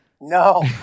No